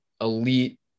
elite